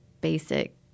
basic